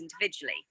individually